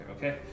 Okay